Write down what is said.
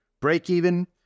break-even